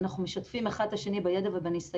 אנחנו משתפים אחד את השני בידע ובניסיון,